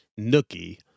Nookie